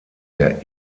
der